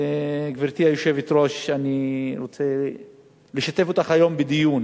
גברתי היושבת-ראש, אני רוצה לשתף אותך היום בדיון